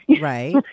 Right